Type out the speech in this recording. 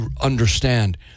understand